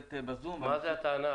מה זה הטענה?